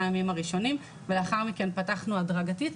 הימים הראשונים ולאחר מכן פתחנו הדרגתית,